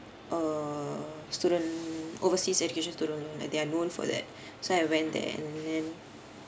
for err student overseas education student they are known for that so I went there and